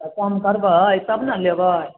तऽ कम करबै तब ने लेबै